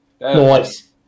Nice